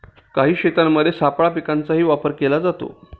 काही शेतांमध्ये सापळा पिकांचाही वापर केला जातो